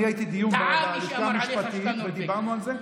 טעה מי שאמר עליך שאתה נורבגי.